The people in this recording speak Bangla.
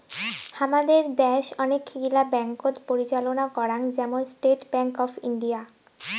হামাদের দ্যাশ অনেক গিলা ব্যাঙ্ককোত পরিচালনা করাং, যেমন স্টেট ব্যাঙ্ক অফ ইন্ডিয়া